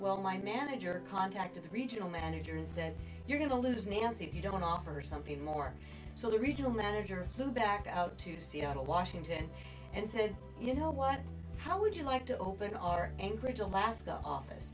well my manager contacted the regional manager and said you're going to lose nancy if you don't offer something more so the regional manager flew back out to seattle washington and said you know what how would you like to open our anchorage alaska office